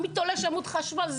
מי תולש עמוד חשמל?